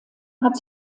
hat